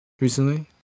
recently